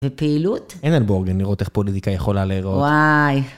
ופעילות? אין על בורגן, לראות איך פוליטיקה יכולה להיראות. וואי.